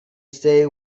stay